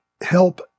help